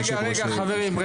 רגע, חברים.